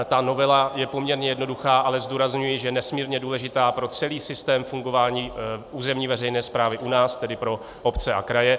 Ta novela je poměrně jednoduchá, ale zdůrazňuji, že nesmírně důležitá pro celý systém fungování územní veřejné správy u nás, tedy pro obce a kraje.